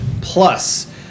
Plus